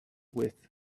with